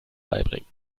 beibringen